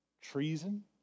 treason